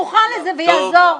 מוכן לזה ויעזור.